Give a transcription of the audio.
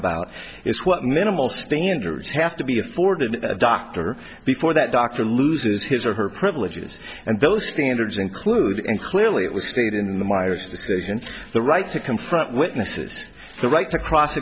about is what minimal standards have to be afforded a doctor before that doctor loses his or her privileges and those standards include and clearly it was stated in the miers decision the right to confront witnesses the right to cross